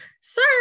sir